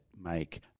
make